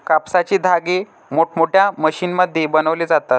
कापसाचे धागे मोठमोठ्या मशीनमध्ये बनवले जातात